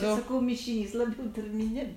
aš sakau mišinys labiau tarmine